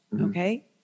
okay